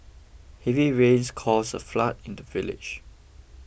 heavy rains caused a flood in the village